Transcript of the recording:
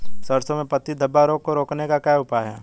सरसों में पत्ती धब्बा रोग को रोकने का क्या उपाय है?